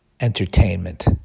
entertainment